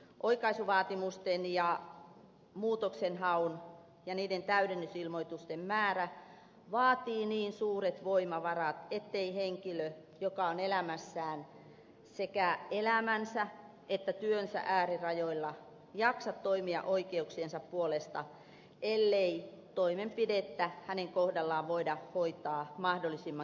oikaisuvaatimusten ja muutoksenhaun ja niiden täydennysilmoitusten määrä vaatii niin suuret voimavarat ettei henkilö joka on elämässään sekä elämänsä että työnsä äärirajoilla jaksa toimia oikeuksiensa puolesta ellei toimenpidettä hänen kohdallaan voida hoitaa mahdollisimman kivuttomasti